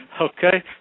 Okay